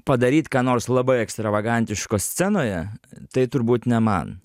padaryt ką nors labai ekstravagantiško scenoje tai turbūt ne man